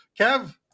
Kev